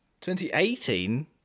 2018